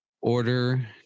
Order